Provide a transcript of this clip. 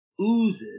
oozes